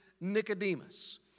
Nicodemus